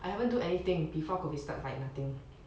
I haven't do anything before COVID start like nothing